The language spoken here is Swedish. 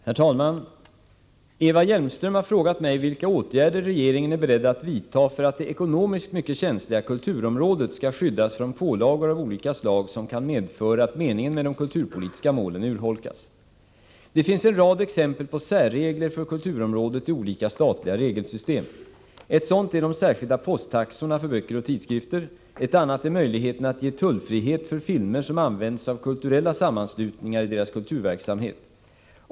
Herr talman! Eva Hjelmström har frågat mig vilka åtgärder regeringen är beredd att vidta för att det ekonomiskt mycket känsliga kulturområdet skall skyddas från pålagor av olika slag som kan medföra att meningen med de kulturpolitiska målen urholkas. Det finns en rad exempel på särregler för kulturområdet i olika statliga regelsystem. Ett sådant är de särskilda posttaxorna för böcker och tidskrifter, ett annat är möjligheten att ge tullfrihet för filmer som används av kulturella sammanslutningar i deras kulturverksamhet.